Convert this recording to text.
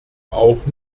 auch